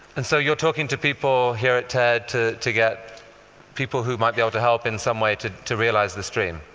and so you're talking to people here at ted to to get people who might be able to help in some way to to realize this dream